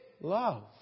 love